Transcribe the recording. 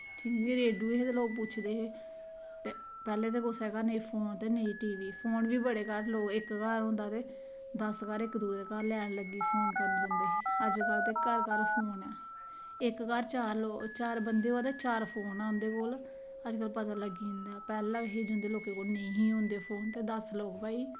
जियां रेडूऐ हे ते लोग पुच्छदे हे पैह्लें ते नेईं असें फोन ते फोन बी बड़े घट्ट लोग इक्क घर होंदा हा ते दस्स घर लेन लग्गी दी फोन करने ई जंदे हे अज्जकल ते घर घर फोन ऐ इक्क घर चार बंदे ओ ते चार फोन न उंदे कोल अज्ज पता लग्गी जंदा पैह्लें होंदे हे लोग जिंदे कोल निं हे होंदे हे फोन ते दस्स लोग भाई